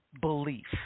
belief